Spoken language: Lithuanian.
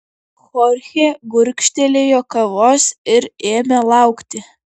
chorchė gurkštelėjo kavos ir ėmė laukti